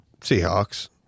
Seahawks